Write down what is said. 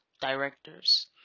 directors